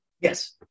Yes